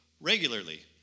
regularly